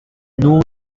noon